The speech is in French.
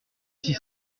six